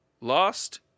lost